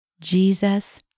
Jesus